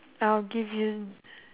I will give you